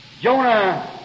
Jonah